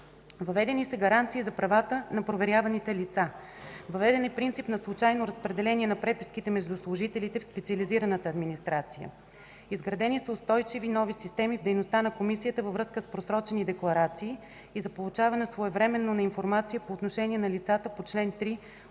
Въведени са гаранции за правата на проверяваните лица. Въведен е принцип на случайно разпределение на преписките между служителите в специализираната администрация. Изградени са устойчиви нови системи в дейността на Комисията във връзка с просрочени декларации и за получаване своевременно на информация по отношение на лицата по чл. 3